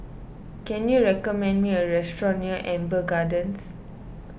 can you recommend me a restaurant near Amber Gardens